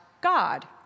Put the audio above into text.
God